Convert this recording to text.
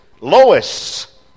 Lois